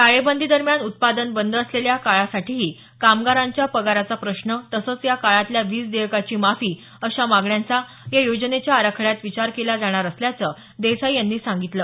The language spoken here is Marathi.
टाळेबंदीदरम्यान उत्पादन बंद असलेल्या काळासाठीही कामगारांच्या पगाराचा प्रश्न तसंच या काळातल्या वीज देयकाची माफी अशा मागण्यांचा या योजनेच्या आराखड्यात विचार केला जाणार असल्याचं देसाई यांनी सांगितलं